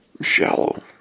Shallow